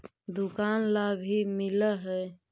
दुकान ला भी मिलहै?